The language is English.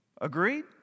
Agreed